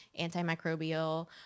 antimicrobial